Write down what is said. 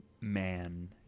man